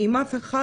עם אף אחד,